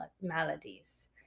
maladies